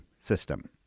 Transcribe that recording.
system